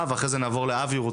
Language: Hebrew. ואז נעשה.